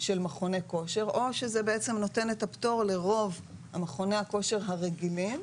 של מכוני כושר או שזה בעצם נותן את הפטור לרוב מכוני הכושר הרגילים.